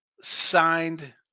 signed